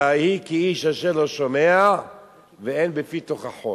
ואהי כאיש אשר לא שומע ואין בפי תוכחות.